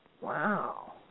Wow